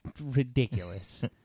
ridiculous